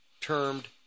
termed